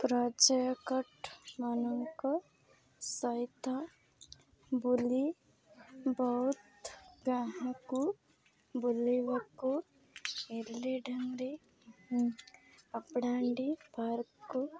ପର୍ଯ୍ୟଟକମାନଙ୍କ ସହିତ ବୁଲି ବୌଦ୍ଧ ଗାଁକୁ ବୁଲିବାକୁ ଏଲିଢାଣ୍ଡି ପାପଡାହାଣ୍ଡି ପାର୍କକୁ